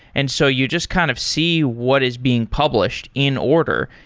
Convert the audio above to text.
and so you just kind of see what is being published in order.